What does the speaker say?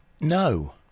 No